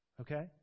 Okay